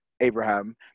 Abraham